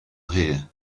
here